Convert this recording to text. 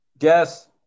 Yes